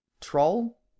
troll